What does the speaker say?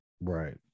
Right